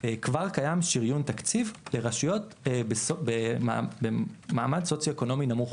כבר קיים שריון תקציב ברשויות במעמד סוציו-אקונומי נמוך.